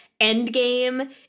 Endgame